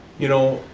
you know,